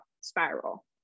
spiral